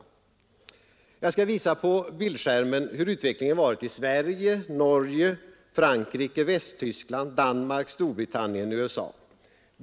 Jag skall visa på bildskärmen hur utvecklingen varit i Sverige, Norge, Frankrike, Västtyskland, Danmark, Storbritannien och USA.